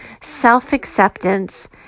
self-acceptance